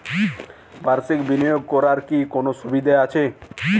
বাষির্ক বিনিয়োগ করার কি কোনো সুবিধা আছে?